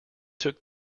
took